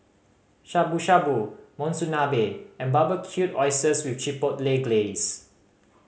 Shabu Shabu Monsunabe and Barbecued Oysters with Chipotle Glaze